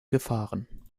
gefahren